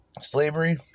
slavery